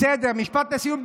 בסדר, משפט לסיום.